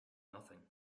nothing